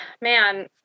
man